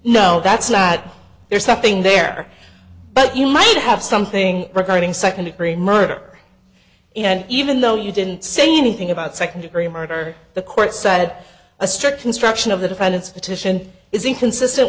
no that's not there's nothing there but you might have something regarding second degree murder and even though you didn't say anything about second degree murder the court said a strict construction of the defendant's petition is inconsistent